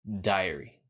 diary